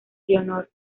leonor